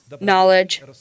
knowledge